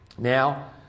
Now